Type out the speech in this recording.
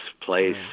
place